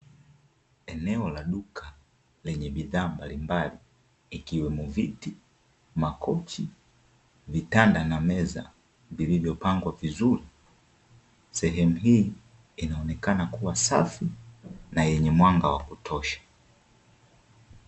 Eneo la duka lenye bidhaa mbalimbali ikiwemo viti, makochi, vitanda na meza vilivyopangwa vizuri, sehemu hii inaonekana kuwa safi na yenye mwanga wa kutosha.